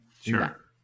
Sure